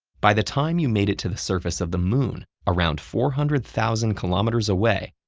by the time you made it to the surface of the moon, around four hundred thousand kilometers away,